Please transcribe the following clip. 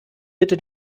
bitte